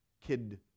kid